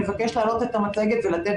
אני מבקשת להעלות את המצגת ולתת,